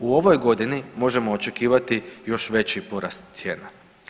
U ovoj godini možemo očekivati još veći porast cijena.